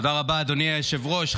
תודה רבה, אדוני היושב-ראש.